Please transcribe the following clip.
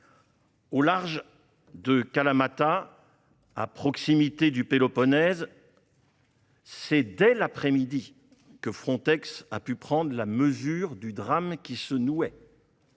Au large de Kalamata, à proximité du Péloponnèse, c'est dès l'après-midi que Frontex a pu prendre la mesure du drame qui se nouait,